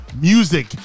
Music